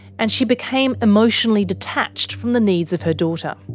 and she became emotionally detached from the needs of her daughter.